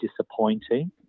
disappointing